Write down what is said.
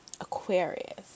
Aquarius